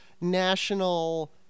national